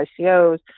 ICOs